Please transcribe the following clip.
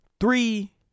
three